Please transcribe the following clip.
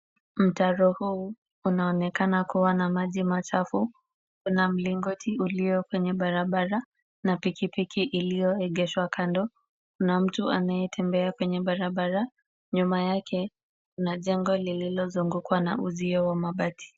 Mtaro huu unaonekana kuwa na maji machafu. Kuna mlingoti ulio kwenye barabara na pikipiki iliyoegeshwa kando. Kuna mtu anayetembea kwenye barabara. Nyuma yake kuna jengo lililozungukwa na uzio wa mabati.